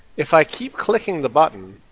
if i keep clicking the button